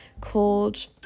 called